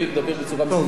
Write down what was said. בוא נעשה פה סדר.